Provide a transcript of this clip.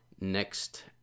next